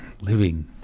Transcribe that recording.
living